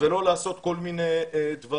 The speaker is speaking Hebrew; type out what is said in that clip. ולא לעשות כל מיני דברים.